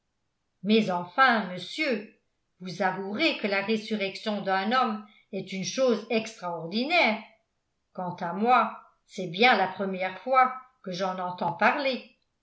mais enfin monsieur vous avouerez que la résurrection d'un homme est une chose extraordinaire quant à moi c'est bien la première fois que j'en entends parler